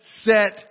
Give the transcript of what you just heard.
set